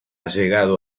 llegado